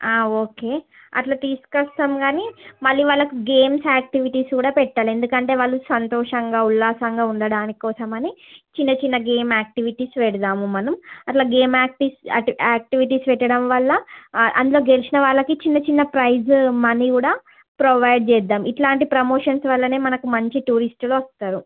okay అట్ల తీసుకోస్తాం గానీ మళ్ళీ వాళ్ళకి గేమ్స్ యాక్టివిటీస్ కూడా పెట్టాలి ఎందుకంటే వాళ్ళు సంతోషంగా ఉల్లాసంగా ఉండడానికోసమని చిన్న చిన్న గేమ్ యాక్టివిటీస్ పెడదాము మనం అట్ల గేమ్ యాట్టి యాక్టివిటీస్ పెట్టడం వల్ల అ అందులో గెలిచిన వాళ్ళకి చిన్న చిన్న ప్రైజ్ మనీ కూడా ప్రొవైడ్ చేద్దాం ఇట్లాంటి ప్రమోషన్స్ వల్లనే మనకి మంచి టూరిస్టులు వస్తారు